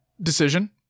decision